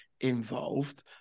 involved